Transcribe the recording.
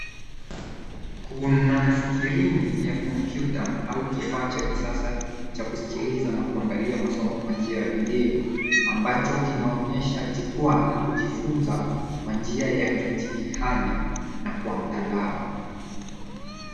Kuna skrini ya kompyuta au kifaa cha kisasa cha kusikiliza na kuangalia masomo kwa njia ya video ambacho kinaonyesha jukwaa la kujifunza kwa njia ya kidijitali na kwa mtandao.